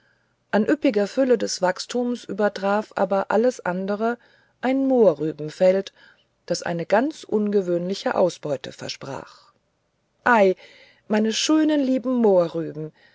an üppiger fülle des wachstums übertraf aber alles andere ein mohrrübenfeld das eine ganz ungewöhnliche ausbeute versprach ei meine schönen lieben